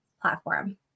platform